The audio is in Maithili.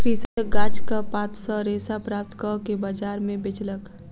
कृषक गाछक पात सॅ रेशा प्राप्त कअ के बजार में बेचलक